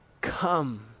come